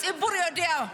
הציבור יודע.